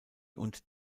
und